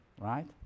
right